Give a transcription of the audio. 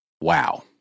Wow